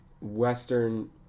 Western